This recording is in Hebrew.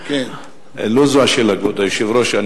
לא זאת השאלה, כבוד היושב-ראש.